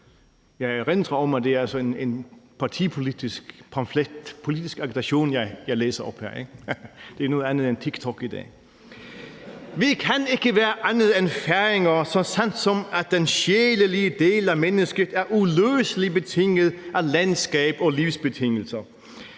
en partipolitisk pamflet, en politisk agitation, jeg læser op af her, ikke? Det er noget andet end TikTok i dag. Kl. 23:49 Vi kan ikke være andet en færinger, så sandt som at den sjælelige del af mennesket er uløseligt betinget af landskab og livsbetingelser.